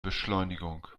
beschleunigung